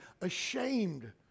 ashamed